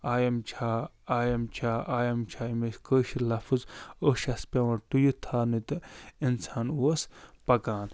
آے اٮ۪م چھےٚ آے اٮ۪م چھےٚ آے اٮ۪م چھےٚ یِم ٲسۍ کٲشٕر لفظ أچھ آسہٕ پٮ۪وان ٹُیِتھ تھاونہٕ تہٕ اِنسان اوس پَکان